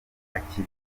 akizi